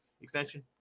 extension